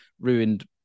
ruined